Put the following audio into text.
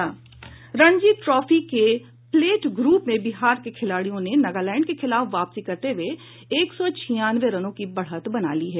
Ranji trophy के plate group में बिहार के खिलाड़ियों ने नगालैंड के खिलाफ वापसी करते हुये एक सौ छियानवे रनों की बढ़त बना ली है